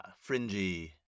fringy